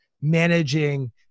managing